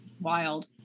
wild